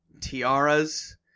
tiaras